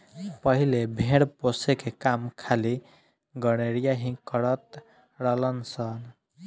पहिले भेड़ पोसे के काम खाली गरेड़िया ही करत रलन सन